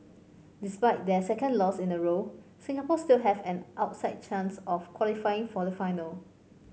despite their second loss in a row Singapore still have an outside chance of qualifying for the final